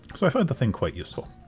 so i find the thing quite useful.